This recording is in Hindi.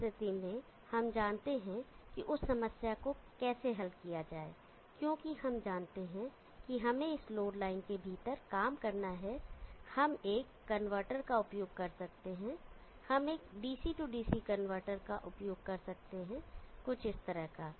उस स्थिति में हम जानते हैं कि उस समस्या को कैसे हल किया जाए क्योंकि हम जानते हैं कि हमें इस लोड लाइन के भीतर काम करना है हम एक कनवर्टर का उपयोग कर सकते हैं हम एक DC DC कनवर्टर का उपयोग कर सकते हैं कुछ इस तरह का